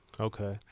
Okay